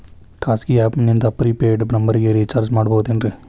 ಖಾಸಗಿ ಆ್ಯಪ್ ನಿಂದ prepaid ನಂಬರಿಗ ರೇಚಾರ್ಜ್ ಮಾಡಬಹುದೇನ್ರಿ?